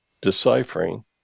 deciphering